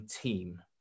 team